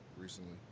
recently